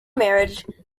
marriage